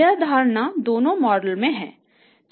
यह धारणा दोनों मॉडलों में है